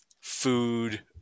food